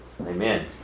Amen